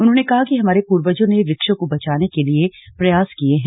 उन्होंने कहा कि हमारे पूर्वजों ने वृक्षों को बचाने के लिए प्रयास किये हैं